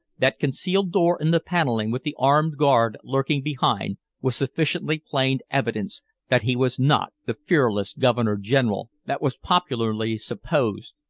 that concealed door in the paneling with the armed guard lurking behind was sufficiently plain evidence that he was not the fearless governor-general that was popularly supposed.